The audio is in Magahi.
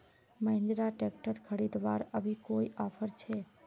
महिंद्रा ट्रैक्टर खरीदवार अभी कोई ऑफर छे?